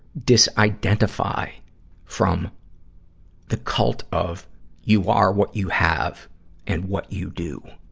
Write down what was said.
disidentify from the cult of you are what you have and what you do.